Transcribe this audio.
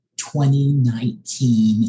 2019